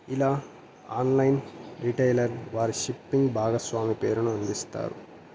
ఇలా online retailer వారి shipping భాగస్వామి పేరును అందిస్తారు